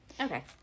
Okay